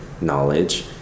knowledge